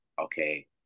okay